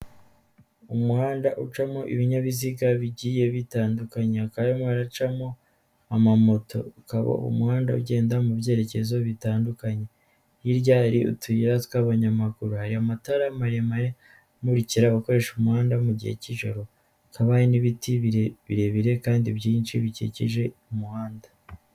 Umuhanda ucamo ibinyabiziga bigiye bitandukanya, haka harimo haracamo amamoto ukaba umuhanda ugenda mu byerekezo bitandukanye. Hari utuyira tw'abanyamaguru aya matara maremare amukira abakoresha umuhanda mu gihe cy'ijoro haba n'ibitire birebire kandi byinshi bikikije umuhanda.